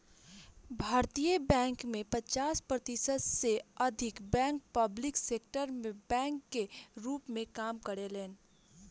भारतीय बैंक में पचास प्रतिशत से अधिक बैंक पब्लिक सेक्टर बैंक के रूप में काम करेलेन